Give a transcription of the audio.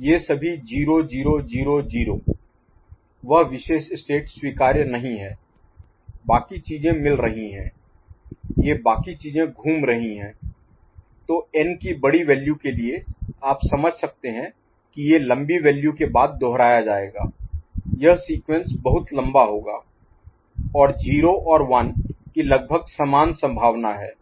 ये सभी 0 0 0 0 वह विशेष स्टेट स्वीकार्य नहीं है बाकी चीजें मिल रही हैं ये बाकी चीजें घूम रही हैं तो n की बड़ी वैल्यू के लिए आप समझ सकते हैं कि ये लम्बी वैल्यू के बाद दोहराया जाएगा यह सीक्वेंस बहुत लंबा होगा और 0 और 1 की लगभग समान संभावना है